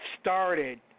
started